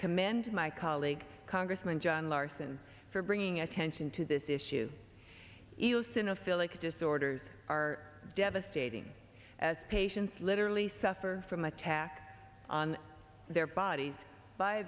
commend my colleague congressman john larson for bringing attention to this issue eal cinna feel like a disorders are devastating as patients literally suffer from attack on their bodies by